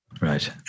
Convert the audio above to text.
Right